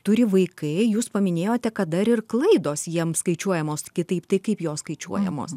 turi vaikai jūs paminėjote kad dar ir klaidos jiems skaičiuojamos kitaip tai kaip jos skaičiuojamos